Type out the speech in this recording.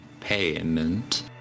payment